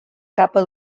capa